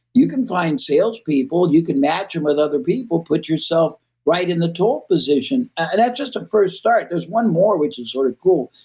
you can find salespeople. you can match them with other people, put yourself right in the top position. and that's just a first start. there's one more which is sort of cool.